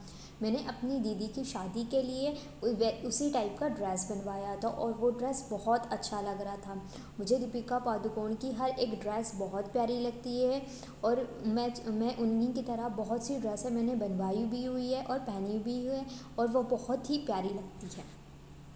मैंने अपने दीदी की शादी के लिए उसी टाइप का ड्रेस बनवाया था और वह ड्रेस बहुत अच्छा लग रहा था मुझे दीपिका पादुकोण की हर एक ड्रेस बहुत प्यारी लगती है और मैंच मैं उन्हीं की तरह बहुत सी ड्रेसे मैंने बनवाई भी हुई है और पहनी भी हुई है और वो बहुत ही प्यारी लगती है